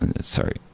Sorry